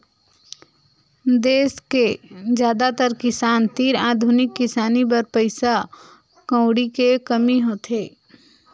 देस के जादातर किसान तीर आधुनिक किसानी बर पइसा कउड़ी के कमी होथे